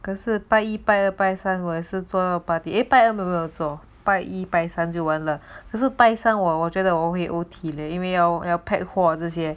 可是 pie pie the pie san wa 是做 party apac amabel 没有做 bike 一百三就完了可是 python 我我觉得我会 O_T 了 email your pet 和这些